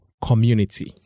community